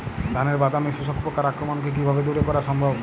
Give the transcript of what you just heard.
ধানের বাদামি শোষক পোকার আক্রমণকে কিভাবে দূরে করা সম্ভব?